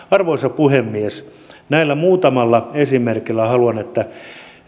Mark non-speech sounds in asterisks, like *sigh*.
*unintelligible* arvoisa puhemies näillä muutamilla esimerkeillä haluan että